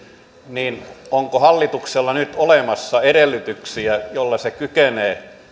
niin onko hallituksella nyt olemassa edellytyksiä joilla se kykenee